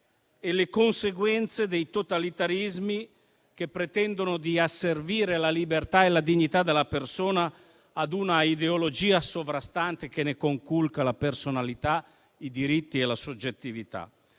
e alle conseguenze dei totalitarismi che pretendono di asservire la libertà e la dignità della persona ad una ideologia sovrastante che ne conculca la personalità, i diritti e la soggettività.